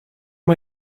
are